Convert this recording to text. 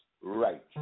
right